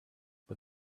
but